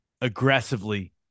aggressively